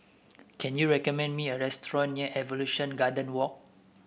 can you recommend me a restaurant near Evolution Garden Walk